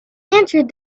answered